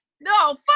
No